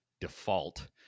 default